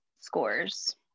scores